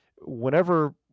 whenever